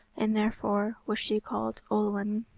and therefore was she called olwen.